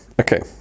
Okay